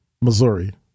Missouri